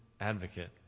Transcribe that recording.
advocate